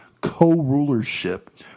co-rulership